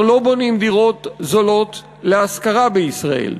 לא בונים דירות זולות להשכרה בישראל.